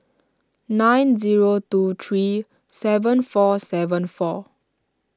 nine zero two three seven four seven four